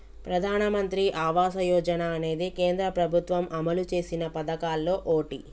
ప్రధానమంత్రి ఆవాస యోజన అనేది కేంద్ర ప్రభుత్వం అమలు చేసిన పదకాల్లో ఓటి